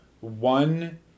one